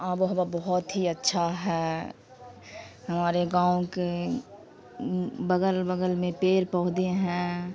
آب و ہوا بہت ہی اچھا ہے ہمارے گاؤں کے بغل بغل میں پیڑ پودے ہیں